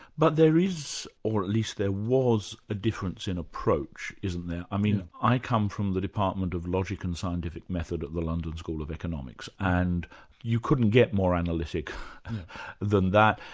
but there is or least there was a difference in approach isn't there? i mean i come from the department of logic and scientific method at the london school of economics and you couldn't get more analytic than that,